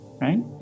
right